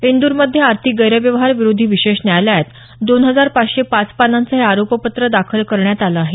इंदूरमध्ये आर्थिक गैरव्यवहार विरोधी विशेष न्यायालयात दोन हजार पाचशे पाच पानांचं हे आरोपपत्र दाखल करण्यात आलं आहे